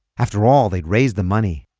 after all, they'd raised the money.